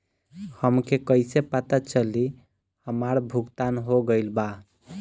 हमके कईसे पता चली हमार भुगतान हो गईल बा?